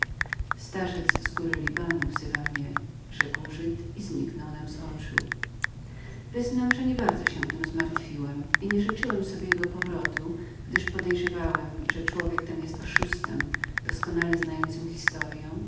starzec z góry libanu wzywa mnie rzekł żyd i zniknął nam z oczu wyznam że nie bardzo się tem zmartwiłem i nie życzyłem sobie jego powrotu gdyż domyślałem się że człowiek ten był oszustem doskonale znającym historyę